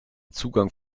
zugang